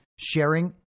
sharing